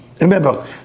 Remember